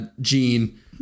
Gene